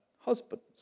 husbands